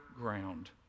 ground